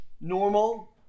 normal